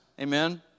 amen